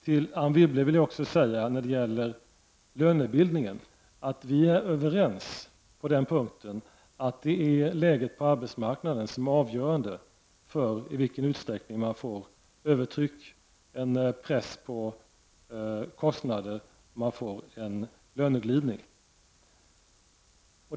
Till Anne Wibble vill jag när det gäller lönebildningen säga att vi är överens om att det är läget på arbetsmarknaden som är avgörande för i vilken utsträckning man får ett övertryck, en press på kostnaderna som leder till löneglidning.